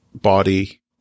body